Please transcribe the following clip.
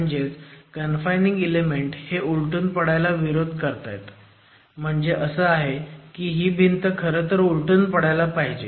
म्हणजेच confining element हे उलटून पडायला विरोध करतायत म्हणजे असं आहे की ही भिंत खरं तर उलटून पडायला पाहिजे